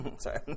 Sorry